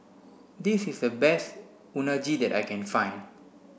this is the best Unagi that I can find